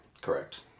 Correct